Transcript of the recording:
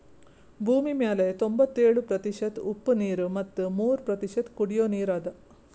ಭೂಮಿಮ್ಯಾಲ್ ತೊಂಬತ್ಯೋಳು ಪ್ರತಿಷತ್ ಉಪ್ಪ್ ನೀರ್ ಮತ್ ಮೂರ್ ಪ್ರತಿಷತ್ ಕುಡಿಯೋ ನೀರ್ ಅದಾ